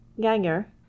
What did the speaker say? Ganger